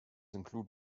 include